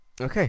Okay